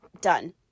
Done